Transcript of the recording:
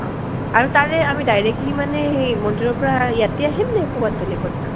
অঁ অঁ আৰু তাৰে আমি ডাইৰেক্টলি মানে সেই মন্দিৰৰ পৰা ইয়াতে আহিম নে ক'ৰবাত বেলেগত যাম